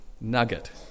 nugget